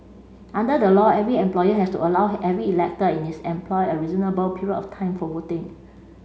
under the law every employer has to allow every elector in this employ a reasonable period of time for voting